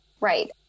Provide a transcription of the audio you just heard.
Right